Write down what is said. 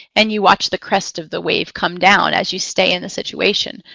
and you watch the crest of the wave come down as you stay in the situation,